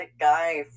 guy